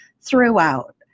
throughout